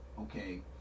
okay